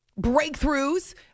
breakthroughs